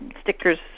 stickers